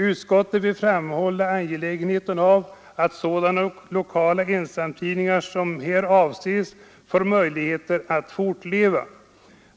Utskottet vill framhålla angelägenheten av att sådana lokala ensamtidningar som här avses får möjligheter att fortleva.